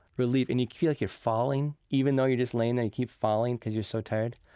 relief, and you feel like you're falling even though you're just laying there, you keep falling, cause you're so tired,